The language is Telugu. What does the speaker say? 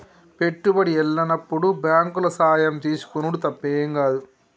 పెట్టుబడి ఎల్లనప్పుడు బాంకుల సాయం తీసుకునుడు తప్పేం గాదు